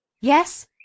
Yes